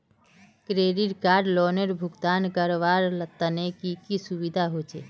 Credit card लोनेर भुगतान करवार तने की की सुविधा होचे??